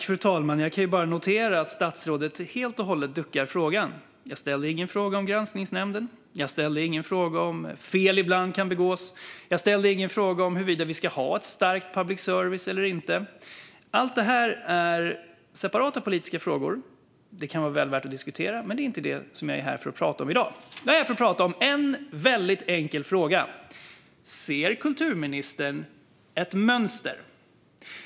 Fru talman! Jag kan bara notera att statsrådet helt och hållet duckar för min fråga. Jag ställde ingen fråga om Granskningsnämnden. Jag ställde ingen fråga om fel ibland kan begås. Jag ställde ingen fråga om huruvida vi ska ha en stark public service eller inte. Allt detta är separata politiska frågor. De kan vara väl värda att diskutera. Men det är inte det som jag är här för att tala om i dag. Jag är här för att tala om en väldigt enkel fråga: Ser kulturministern ett mönster?